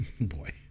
boy